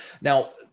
Now